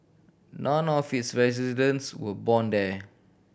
none of its residents were born there